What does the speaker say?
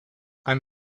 ein